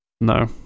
no